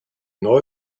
neu